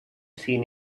seen